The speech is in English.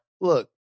look